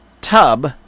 tub